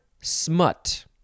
smut